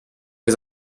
les